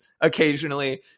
occasionally